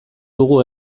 dugu